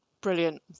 Brilliant